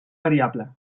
variable